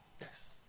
Yes